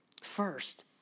First